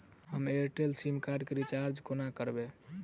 हम Airtel sim card केँ recharge कोना करबै?